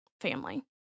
family